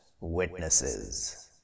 witnesses